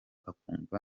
akumva